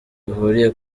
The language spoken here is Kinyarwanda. bihuriye